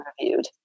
reviewed